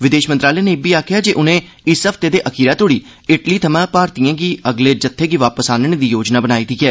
विदेश मंत्रालय नै इब्बी आखेआ जे उनें इस हफ्ते दे अखीरै तोड़ी इटली थमां भारतीयें दे अगले जत्थे गी वापस आह्नने दा योजना बनाई दी ऐ